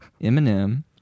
Eminem